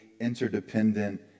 interdependent